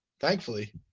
thankfully